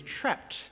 trapped